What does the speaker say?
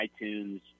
iTunes